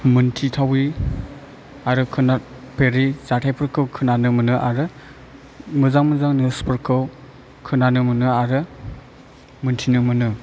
मोनथितावै आरो खोनाफेरै जाथाइफोरखौ खोनानो मोनो आरो मोजां मोजां निउजफोरखौ खोनानो मोनो आरो मोनथिनो मोनो